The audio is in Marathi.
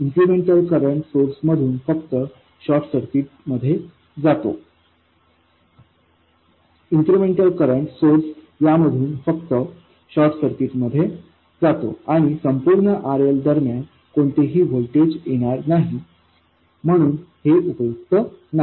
इन्क्रिमेंटल करंट सोर्स यामधून फक्त शॉर्ट सर्किटमध्ये जातो आणि संपूर्ण RLदरम्यान कोणतेही व्होल्टेज येणार नाही म्हणून हे उपयुक्त नाही